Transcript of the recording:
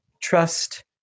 trust